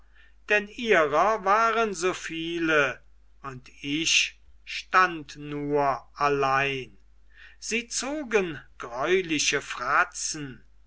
denn ihrer waren so viele und ich stand nur allein sie zogen greuliche fratzen